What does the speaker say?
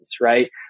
right